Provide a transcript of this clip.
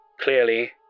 Clearly